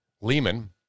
Lehman